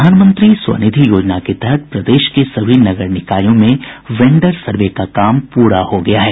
प्रधानमंत्री स्वनिधि योजना के तहत प्रदेश के सभी नगर निकायों में वेंडर सर्वे का काम प्रा हो गया है